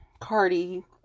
Cardi